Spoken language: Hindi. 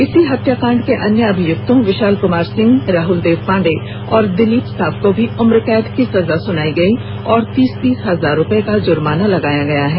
इसी हत्याकांड के अन्य अभियुक्तों विशाल कुमार सिंह राहुल देव पांडे और दिलीप साव को भी उम्रकैद की सजा सुनायी गयी और और तीस तीस हजार का जुर्माना लगाया गया है